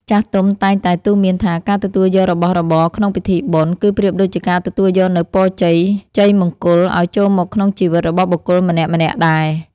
ចាស់ទុំតែងតែទូន្មានថា ការទទួលយករបស់របរក្នុងពិធីបុណ្យ គឺប្រៀបដូចជាការទទួលយកនូវពរជ័យជ័យមង្គលឱ្យចូលមកក្នុងជីវិតរបស់បុគ្គលម្នាក់ៗដែរ។